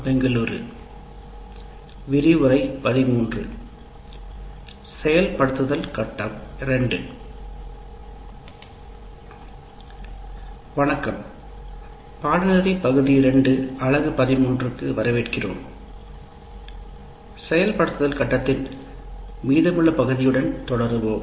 TALE Module 2 Unit 13 க்கு வரவேற்கிறோம் அமலாக்க கட்டத்தின் மீதமுள்ள பகுதியுடன் தொடருவோம்